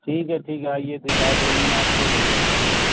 ٹھیک ہے ٹھیک ہے آئیے دکھا دیں گے آپ کو لے لیجیے گا